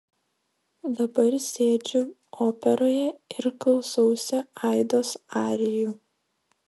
dabar sėdžiu operoje ir klausausi aidos arijų